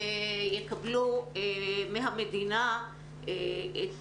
יקבלו מהמדינה את